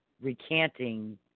recanting